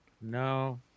No